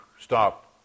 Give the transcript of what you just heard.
stop